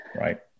right